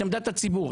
את עמדת הציבור,